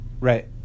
right